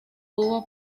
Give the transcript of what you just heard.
tuvo